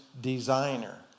designer